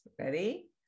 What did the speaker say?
ready